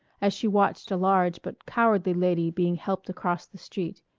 as she watched a large but cowardly lady being helped across the street.